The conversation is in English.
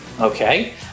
Okay